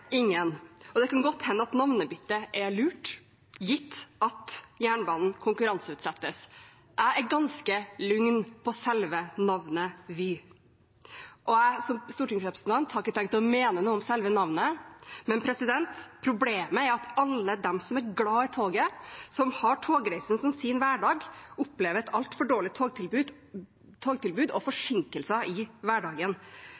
ingen, og det kan godt hende at navnebyttet er lurt, gitt at jernbanen konkurranseutsettes. Jeg er ganske lugn når det gjelder navnet Vy, og jeg som stortingsrepresentant har ikke tenkt å mene noe om selve navnet. Problemet er at alle de som er glad i toget, som har togreisen som sin hverdag, opplever et altfor dårlig togtilbud og